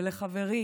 ולחברי